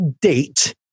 date